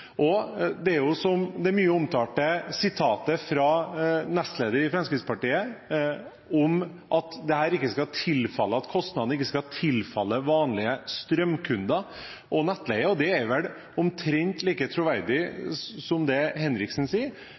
Det er som det mye omtalte sitatet fra nestleder i Fremskrittspartiet, om at kostnaden ikke skal tilfalle vanlige strømkunder over nettleien. Det er omtrent like troverdig som det Henriksen sier,